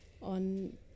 on